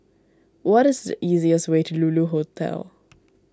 what is the easiest way to Lulu Hotel